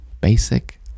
basic